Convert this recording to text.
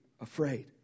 afraid